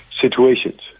situations